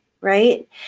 right